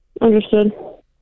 Understood